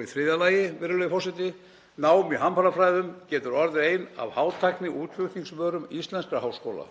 Í þriðja lagi: Nám í hamfarafræðum getur orðið ein af hátækniútflutningsvörum íslenskra háskóla.